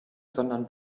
sondern